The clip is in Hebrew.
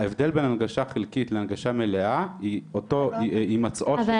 ההבדל בין הנגשה חלקית להנגשה מלאה היא הימצאותו של מתקן.